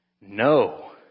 No